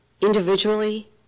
individually